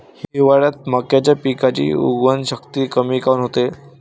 हिवाळ्यात मक्याच्या पिकाची उगवन शक्ती कमी काऊन होते?